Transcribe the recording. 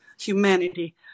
humanity